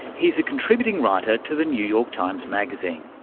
he's a contributing writer to the new york times magazine.